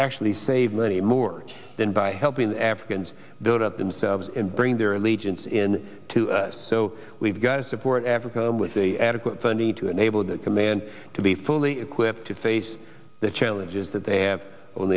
actually save money more than by helping africans build up themselves in bring their allegiance in two so we've got to support africa with the adequate funding to enable that command to be fully equipped to face the challenges that they have o